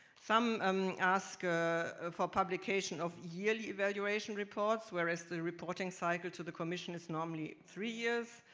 some um ask ah for publication of yearly evaluation reports, whereas the reporting cycle to the commission is normally three years.